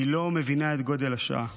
והיא לא מבינה את גודל השעה.